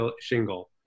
shingle